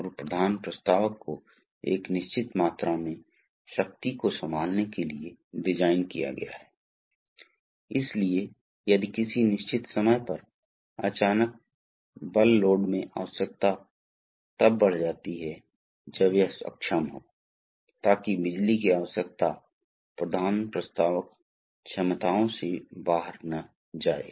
तो Pascal Pascal's के नियम से अब यही दबाव प्रसारित होने वाला है और हम इस क्षेत्र पर कार्य करेंगे इसलिए इस पर दबाव भी 1kg F A1 है और इस पर बल 1 kg F x A2 A1 है क्योंकि यह दबाव है आप देखते हैं कि हम यहां 1 किलो बल लागू करते हैं और हमने गुणा कर के बल बनाया है